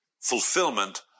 fulfillment